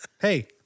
hey